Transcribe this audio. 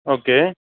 okay